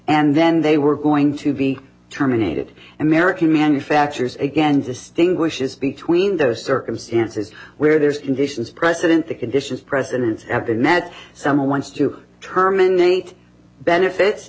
and then they were going to be terminated american manufactures again distinguishes between those circumstances where there's conditions precedent the conditions presidents have been that someone wants to terminate benefits